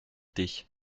dich